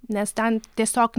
nes ten tiesiog